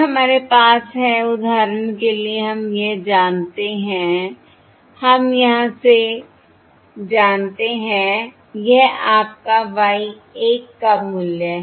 और हमारे पास हैउदाहरण के लिए हम यह जानते हैं Y 1 हम यहां से जानते हैं यह आपका Y 1 का मूल्य है